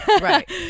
right